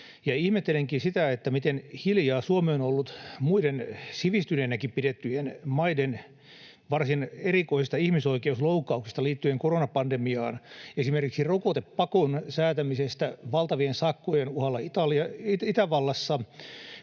ja ihmettelenkin sitä, miten hiljaa Suomi on ollut muiden, sivistyneenäkin pidettyjen maiden varsin erikoisista ihmisoikeusloukkauksista liittyen koronapandemiaan, esimerkiksi rokotepakon säätämisestä valtavien sakkojen uhalla Itävallassa,